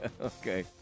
Okay